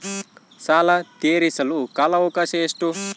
ಸಾಲ ತೇರಿಸಲು ಕಾಲ ಅವಕಾಶ ಎಷ್ಟು?